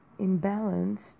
imbalanced